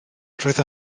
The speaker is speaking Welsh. roedd